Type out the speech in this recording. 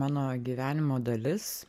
mano gyvenimo dalis